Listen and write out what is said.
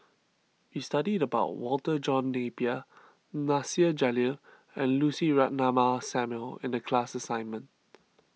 we studied about Walter John Napier Nasir Jalil and Lucy Ratnammah Samuel in the class assignment